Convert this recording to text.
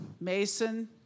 mason